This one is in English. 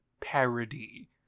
parody